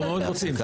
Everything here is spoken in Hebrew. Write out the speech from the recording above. אנחנו מאוד רוצים.